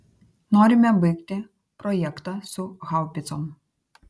norime baigti projektą su haubicom